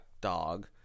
dog